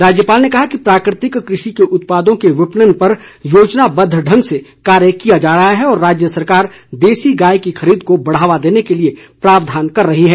राज्यपाल ने कहा कि प्राकृतिक कृषि के उत्पादों के विपणन पर योजनाबद्ध ढंग से कार्य किया जा रहा है और राज्य सरकार देसी गाय की खरीद को बढ़ावा देने के लिए प्रावधान कर रही है